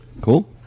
Cool